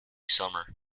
summer